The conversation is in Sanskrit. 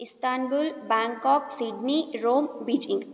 Istanbul Bangkok Sydney Rome Beijing